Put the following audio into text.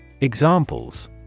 Examples